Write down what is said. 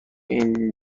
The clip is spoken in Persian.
این